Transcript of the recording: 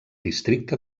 districte